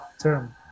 term